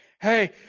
hey